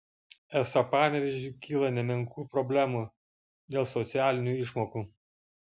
esą panevėžiui kyla nemenkų problemų dėl socialinių išmokų